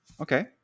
Okay